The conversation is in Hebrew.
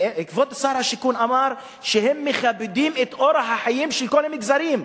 וכבוד שר השיכון אמר שהם מכבדים את אורח החיים של כל המגזרים,